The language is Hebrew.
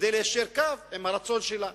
כדי ליישר קו עם הרצון שלה.